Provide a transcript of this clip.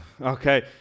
okay